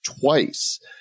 twice